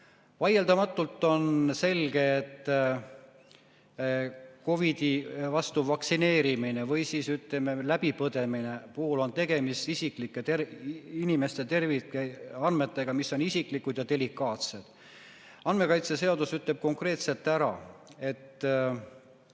Vaieldamatult on selge, et COVID-i vastu vaktsineerimise või, ütleme, läbipõdemise puhul on tegemist inimeste terviseandmetega, mis on isiklikud ja delikaatsed. Andmekaitseseadus ütleb konkreetsetelt, et